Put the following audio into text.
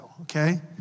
okay